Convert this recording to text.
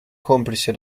complice